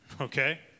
Okay